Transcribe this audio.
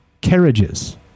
carriages